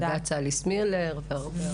בג"ץ אליס מילר ועוד הרבה.